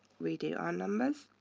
redo our numbers.